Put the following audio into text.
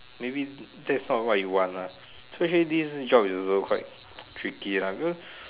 maybe that's not what you want ah so actually this job is also quite tricky lah because